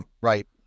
Right